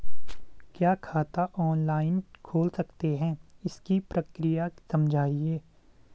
क्या खाता ऑनलाइन खोल सकते हैं इसकी प्रक्रिया समझाइए?